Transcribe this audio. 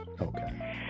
Okay